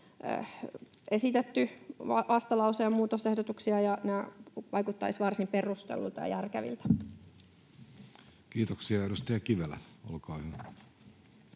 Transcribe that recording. esitetty vastalause ja muutosehdotuksia, ja nämä vaikuttaisivat varsin perustelluilta ja järkeviltä. Kiitoksia. — Edustaja Kivelä, olkaa hyvä.